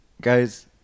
guys